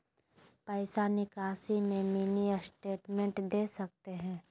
पैसा निकासी में मिनी स्टेटमेंट दे सकते हैं?